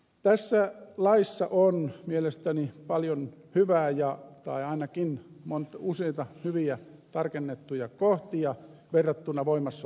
tässä laissa on mielestäni paljon hyvää tai ainakin useita hyviä tarkennettuja kohtia verrattuna voimassa olevaan lainsäädäntöön